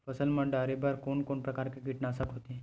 फसल मा डारेबर कोन कौन प्रकार के कीटनाशक होथे?